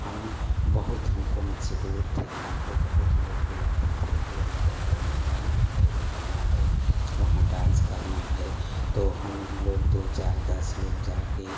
हम बहुत हमको मशहूर थे हमको बहुत लोग बुलाते थे कि हमारे घर में गाना है बजाना है वहाँ डांस करना है तो हम लोग दो चार दस लोग जाके